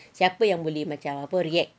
siapa yang boleh macam apa react